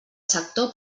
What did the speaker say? sector